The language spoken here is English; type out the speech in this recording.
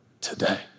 today